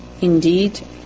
indeedَ